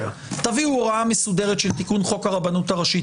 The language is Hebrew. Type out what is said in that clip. תביאו הוראה מסודרת של תיקון חוק הרבנות הראשית.